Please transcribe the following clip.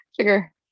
sugar